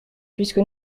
puisque